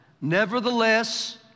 Nevertheless